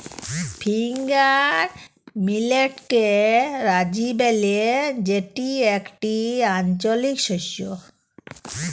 finger মিলেটকে রাজি ব্যলে যেটি একটি আঞ্চলিক শস্য